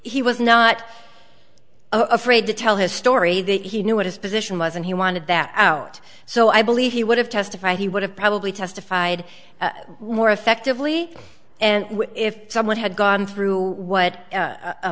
he was not afraid to tell his story that he knew what his position was and he wanted that out so i believe he would have testified he would have probably testified more effectively and if someone had gone through what